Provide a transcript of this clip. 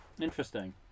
Interesting